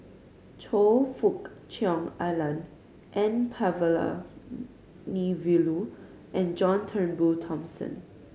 Choe Fook Cheong Alan N Palanivelu and John Turnbull Thomson